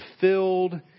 filled